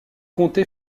comté